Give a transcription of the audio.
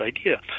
idea